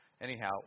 Anyhow